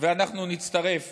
ואנחנו נצטרף